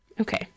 Okay